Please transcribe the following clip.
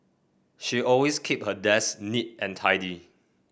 she always keep her desk neat and tidy